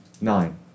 Nine